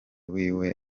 wiwe